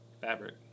fabric